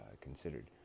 considered